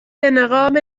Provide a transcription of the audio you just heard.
نقاب